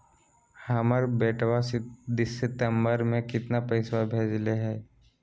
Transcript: हमर बेटवा सितंबरा में कितना पैसवा भेजले हई?